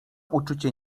uczucie